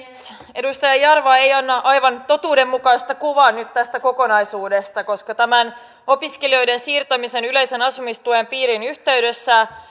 edustaja jarva ei anna aivan totuudenmukaista kuvaa nyt tästä kokonaisuudesta koska tämän opiskelijoiden siirtämisen yleisen asumistuen piiriin yhteydessä